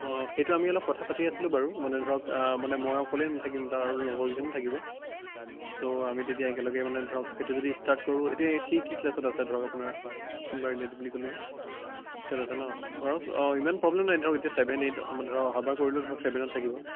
অ' সেইটো আমি অলপ কথা পাতি আছিলো বাৰু মানে ধৰক মানে মই অকলে নাথাকিম তাৰ আৰু লগৰ কেইজনো থাকিব চ' আমি তেতিয়া একেলগে মানে ধৰক সেইটো যদি ষ্টাৰ্ট কৰো এতিয়া সি কি ক্লাচত আছে ধৰক আপোনাৰ ছিক্সত আছে ন ধৰক ইমান প্ৰব্লেম নাই ধৰক এতিয়া চেভেন এইট ধৰক অহাবাৰ কৰিলেও ধৰক চেভেনত থকিব